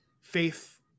faith